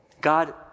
God